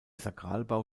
sakralbau